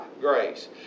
grace